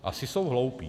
Asi jsou hloupí.